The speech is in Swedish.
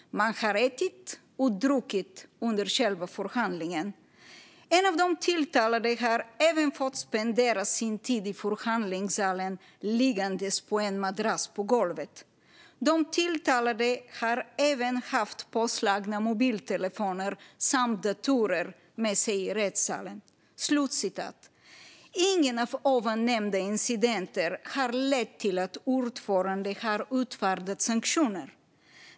Man har ätit och druckit under själva förhandlingen. En av de tilltalade har även fått spendera sin tid i förhandlingssalen liggandes på en madrass på golvet. De tilltalade har även haft påslagna mobiltelefoner samt datorer med sig i rättssalen. Ingen av ovan nämnda incidenter har lett till att ordföranden har utfärdat sanktioner.